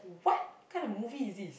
what kind of movie is this